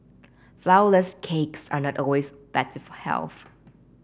flourless cakes are not always better for health